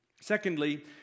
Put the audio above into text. Secondly